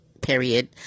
Period